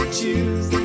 choose